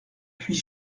puis